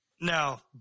No